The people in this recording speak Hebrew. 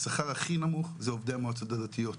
השכר הכי נמוך זה עובדי המועצות הדתיות.